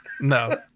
no